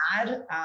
add